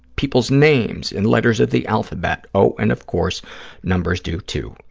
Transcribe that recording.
people's names and letters of the alphabet, oh, and of course numbers do, too.